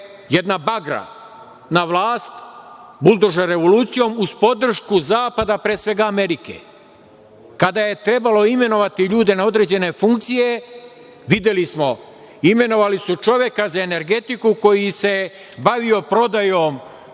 jedna bagra na vlast, buldožer revolucijom, uz podršku zapada, pre svega Amerike. Kada je trebalo imenovati ljude na određene funkcije, videli smo, imenovali su čoveka za energetiku koji se bavio prodajom